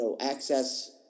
access